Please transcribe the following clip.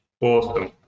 Awesome